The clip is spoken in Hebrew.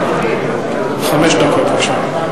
חמש דקות, בבקשה.